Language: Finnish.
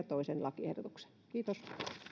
toisen lakiehdotuksen kiitos